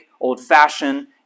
old-fashioned